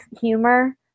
humor